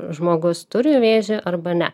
žmogus turi vėžį arba ne